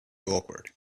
awkward